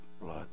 blood